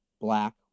black